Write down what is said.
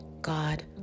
God